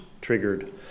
triggered